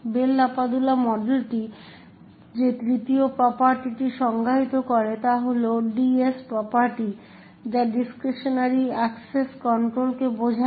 bell LaPadula মডেলটি যে তৃতীয় প্রপার্টিটি সংজ্ঞায়িত করে তা হল ডিএস প্রপার্টি যা ডিসক্রিশনারি অ্যাক্সেস কন্ট্রোলকে বোঝায়